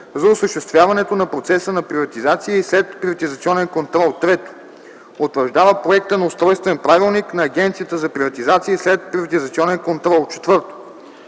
за осъществяването на процеса на приватизация и следприватизационен контрол; 3. утвърждава проекта на устройствен правилник на Агенцията за приватизация и следприватизационен контрол; 4.